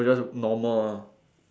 or just normal ah